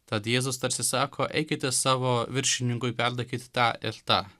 tad jėzus tarsi sako eikite savo viršininkui perduokit tą ir tą